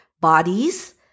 bodies